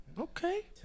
Okay